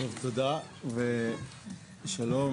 תודה ושלום,